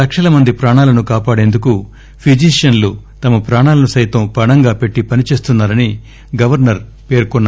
లక్షలమంది ప్రాణాలను కాపాడేందుకు ఫిజీషియన్లు తమ ప్రాణాలను సైతం పణంగా పెట్టి పనిచేస్తున్నా రని గవర్సర్ పేర్కొన్సారు